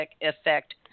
effect